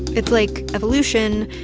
it's like evolution,